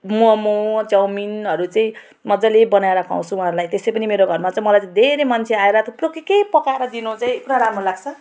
मोमो चाउमिनहरू चाहिँ मजाले बनाएर खुवाउँछु उहाँहरूलाई त्यसै पनि मेरो घरमा चाहिँ मलाई धेरै मान्छे आएर थुप्रो के के पकाएर दिनु चाहिँ पुरा राम्रो लाग्छ